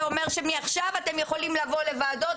זה אומר שמעכשיו אתם יכולים לבוא לוועדות,